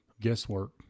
guesswork